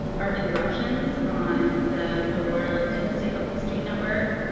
art interruptions on the aurora linked in stay healthy street network,